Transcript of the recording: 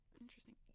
interesting